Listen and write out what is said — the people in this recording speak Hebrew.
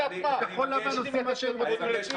וכחול לבן עושים מה שהם רוצים.